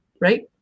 Right